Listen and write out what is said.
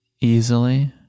easily